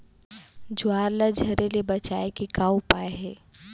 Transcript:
ज्वार ला झरे ले बचाए के का उपाय हे?